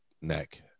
neck